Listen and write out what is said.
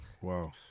Wow